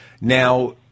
Now